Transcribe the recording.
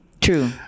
True